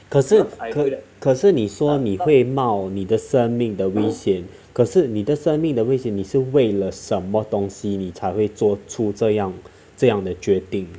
可是可可是你说你会冒你的生命的危险可是你的生命的危险你是为了什么东西你才会做出这样这样的决定